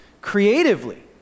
creatively